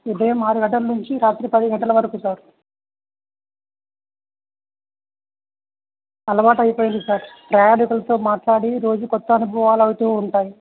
ఉదయం ఆరు గంటల నుంచి రాత్రి పది గంటల వరకు సార్ అలవాటు అయిపోయింది సార్ ప్రయానికులతో మాట్లాడి రోజు కొత్త అనుభవలువుతూ ఉంటాయి